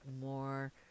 more